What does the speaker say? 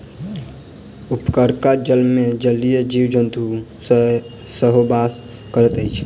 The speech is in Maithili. उपरका जलमे जलीय जीव जन्तु सेहो बास करैत अछि